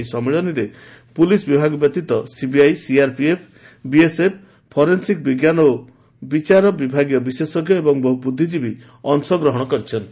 ଏହି ସମ୍ମିଳନୀରେ ପୁଲିସ୍ ବିଭାଗ ବ୍ୟତୀତ ସିବିଆଇ ସିଆର୍ପିଏଫ୍ ବିଏସ୍ଏଫ୍ ଫୋରେନ୍ସିକ୍ ବିଜ୍ଞାନ ଓ ବିଚାର ବିଭାଗୀୟ ବିଶେଷଜ୍ଞ ଏବଂ ବହୁ ବୁଦ୍ଧିଜୀବୀ ମଧ୍ୟ ଅଂଶଗ୍ରହଣ କରିଛନ୍ତି